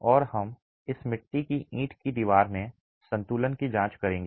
और हम इस मिट्टी की ईंट की दीवार में संतुलन की जांच करेंगे